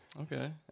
Okay